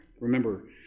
Remember